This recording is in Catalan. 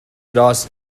gros